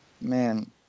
man